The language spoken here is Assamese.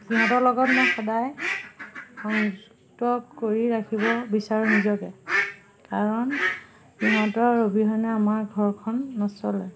সিহঁতৰ লগত মই সদায় সংযুক্ত কৰি ৰাখিব বিচাৰোঁ নিজকে কাৰণ সিহঁতৰ অবিহনে আমাৰ ঘৰখন নচলে